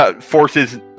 forces